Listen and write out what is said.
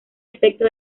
efecto